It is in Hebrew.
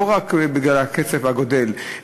לא רק בגלל הקצב הגדל,